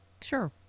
Sure